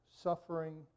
suffering